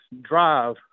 drive